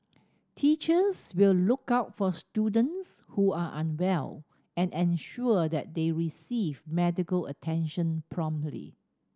teachers will look out for students who are unwell and ensure that they receive medical attention promptly